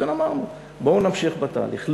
לכן אמרנו: בואו נמשיך בתהליך.